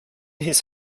his